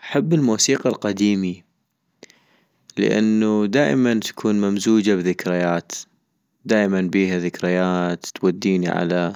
احب الموسيقى القديمي - لانو دائما تكون ممزوجة بذكريات، دائما بيها ذكريات، توديني على